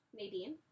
Nadine